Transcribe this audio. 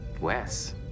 Wes